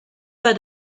pas